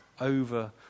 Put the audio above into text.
over